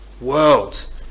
world